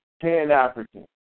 pan-African